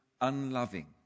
unloving